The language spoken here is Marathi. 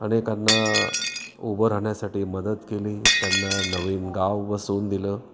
अनेकांना उभं राहण्यासाठी मदत केली त्यांना नवीन गाव वसवून दिलं